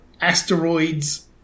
asteroids